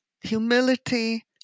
Humility